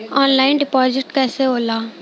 Online deposit कैसे होला?